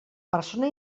persona